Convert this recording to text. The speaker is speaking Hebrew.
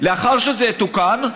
לאחר שזה יתוקן,